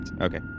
Okay